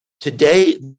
today